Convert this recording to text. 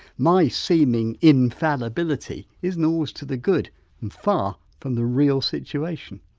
my seeming infallibility isn't always to the good and far from the real situation.